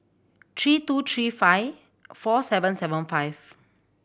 three two three five four seven seven five